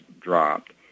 dropped